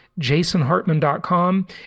jasonhartman.com